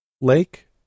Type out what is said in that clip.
lake